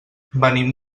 venim